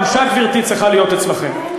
הבושה, גברתי, צריכה להיות אצלכם.